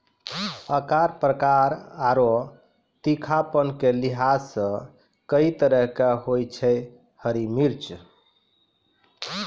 आकार, प्रकार आरो तीखापन के लिहाज सॅ कई तरह के होय छै हरी मिर्च